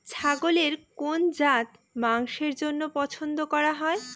ছাগলের কোন জাত মাংসের জন্য পছন্দ করা হয়?